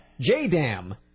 JDAM